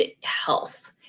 health